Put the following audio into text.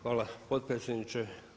Hvala potpredsjedniče.